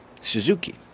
Suzuki